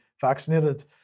vaccinated